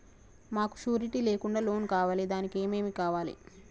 మాకు షూరిటీ లేకుండా లోన్ కావాలి దానికి ఏమేమి కావాలి?